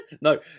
no